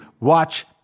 Watch